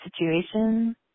situation